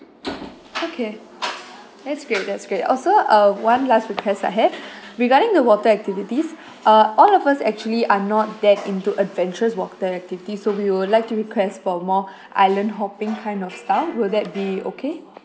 okay that's great that's great also uh one last request I have regarding the water activities uh all of us actually are not that into adventurous water activities so we would like to request for more island hopping kind of style will that be okay